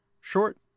Short